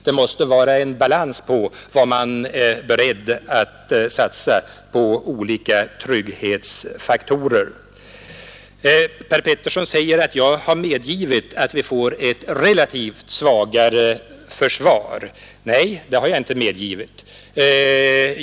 Det måste vara en balans mellan vad man är beredd att satsa på olika trygghetsfaktorer. Per Petersson säger att jag har medgivit att vi får ett relativt svagare försvar. Nej, det har jag inte medgivit.